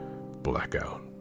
Blackout